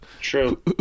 true